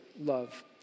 love